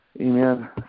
Amen